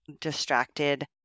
distracted